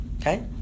Okay